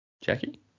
Jackie